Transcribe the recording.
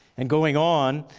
and going on,